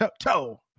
Toe